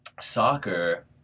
soccer